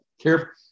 Care